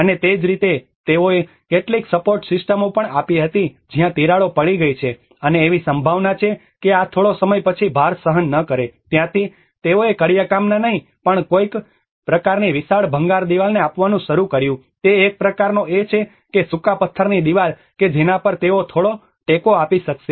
અને તે જ રીતે તેઓએ કેટલીક સપોર્ટ સિસ્ટમો પણ આપી હતી જ્યાં તિરાડો પડી ગઈ છે અને એવી સંભાવના છે કે આ થોડો સમય પછી ભાર સહન ન કરે ત્યાંથી તેઓએ કડિયાકામના નહીં પણ કોઈક પ્રકારની વિશાળ ભંગાર દિવાલને આપવાનું શરૂ કર્યું તે એક પ્રકારનો એ છે કે સુકા પથ્થરની દિવાલ કે જેના પર તેઓ થોડો ટેકો આપી શકશે